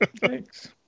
Thanks